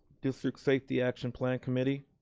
district safety action plan committee.